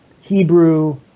Hebrew